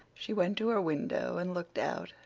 she went to her window and looked out.